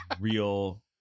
real